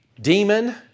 demon